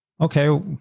Okay